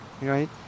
right